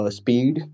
speed